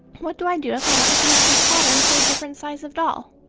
what do i do if i want to use this pattern for a different size of doll?